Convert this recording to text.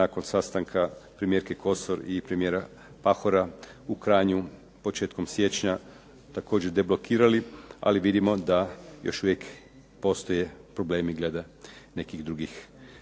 nakon sastanka premijerke Kosor i premijera Pahora u Kranju početkom siječnja također deblokirali, ali vidimo da još uvijek postoje problemi glede nekih drugih